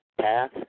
path